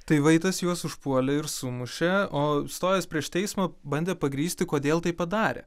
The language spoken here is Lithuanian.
tai vaitas juos užpuolė ir sumušė o stojęs prieš teismą bandė pagrįsti kodėl taip padarė